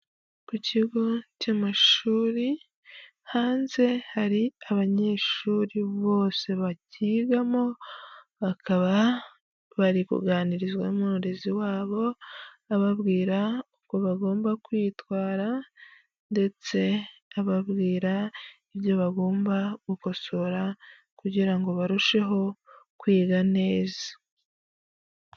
Ku kigo cy'amashuri, hanze hari abanyeshuri bose bakigamo, bakaba bari kuganirizwa n'umurezi wabo ababwira uko bagomba kwitwara ndetse ababwira ibyo bagomba gukosora kugira ngo barusheho kwiga neza.